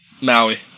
Maui